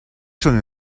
schon